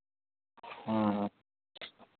हँ